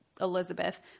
Elizabeth